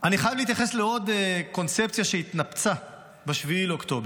אני חייב להתייחס לעוד קונספציה שהתנפצה ב-7 באוקטובר,